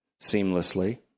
seamlessly